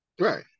Right